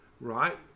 right